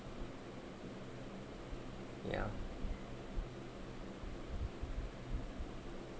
ya